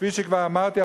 כפי שכבר אמרתי,